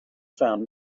found